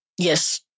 Yes